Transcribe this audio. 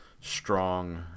strong